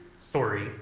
story